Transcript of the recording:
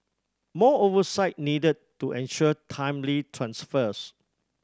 more oversight needed to ensure timely transfers